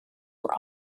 were